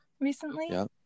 recently